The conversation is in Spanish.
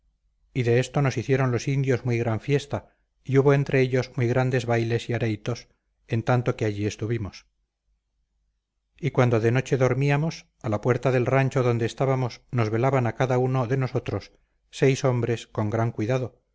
y de esto nos hicieron los indios muy gran fiesta y hubo entre ellos muy grandes bailes y areitos en tanto que allí estuvimos y cuando de noche dormíamos a la puerta del rancho donde estábamos nos velaban a cada uno de nosotros seis hombres con gran cuidado